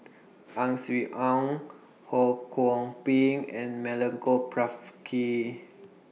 Ang Swee Aun Ho Kwon Ping and Milenko Prvacki